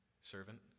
servant